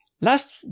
Last